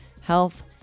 health